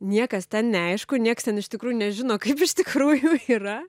niekas ten neaišku niekas ten iš tikrųjų nežino kaip iš tikrųjų yra